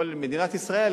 לכל מדינת ישראל,